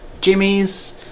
Jimmy's